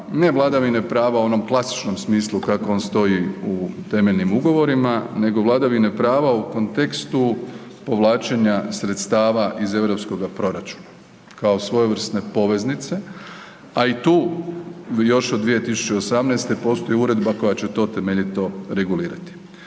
ne vladavine prava u onom klasičnom smislu kako on stoji u temeljnim ugovorima, nego vladavine prava u kontekstu povlačenja sredstava iz EU proračuna, kao svojevrsne poveznice, a i tu još od 2018. postoji uredba koja će to temeljito regulirati.